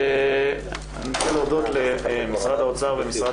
אני רוצה להודות למשרד האוצר ולמשרד